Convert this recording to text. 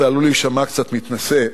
"בוגר" זה עלול להישמע קצת מתנשא.